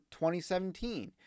2017